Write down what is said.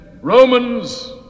Romans